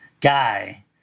guy